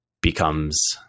becomes